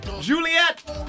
Juliet